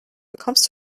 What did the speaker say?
bekommst